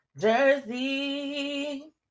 Jersey